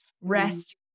rest